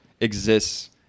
exists